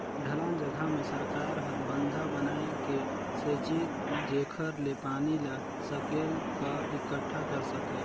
ढलान जघा मे सरकार हर बंधा बनाए के सेचित जेखर ले पानी ल सकेल क एकटठा कर सके